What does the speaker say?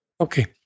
okay